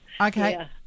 Okay